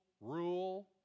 rule